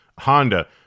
Honda